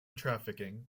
trafficking